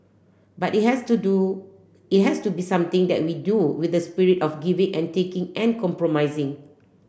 but it has to do it has to be something that we do with the spirit of giving and taking and compromising